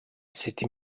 city